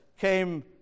came